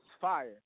fire